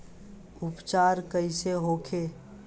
उपचार कईसे होखे?